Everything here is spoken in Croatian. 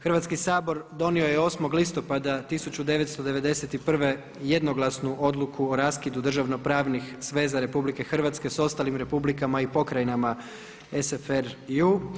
Hrvatski sabor donio je 8. listopada 1991. jednoglasnu odluku o raskidu državno-pravnih sveza RH sa ostalim republikama i pokrajinama SFRJ-a.